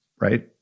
right